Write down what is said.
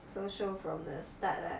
so show from the start lah